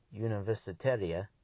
universitaria